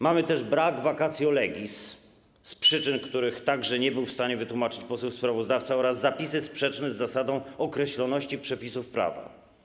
Mamy też brak vacatio legis z przyczyn, których także nie był w stanie wytłumaczyć poseł sprawozdawca, oraz zapisy sprzeczne z zasadą określoności przepisów prawa.